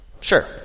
Sure